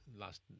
last